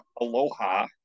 aloha